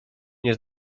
nie